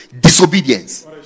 disobedience